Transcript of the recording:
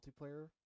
multiplayer